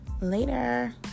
Later